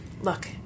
Look